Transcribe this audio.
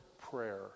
prayer